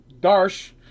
Darsh